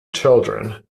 children